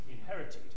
inherited